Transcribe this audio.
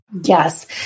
Yes